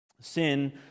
Sin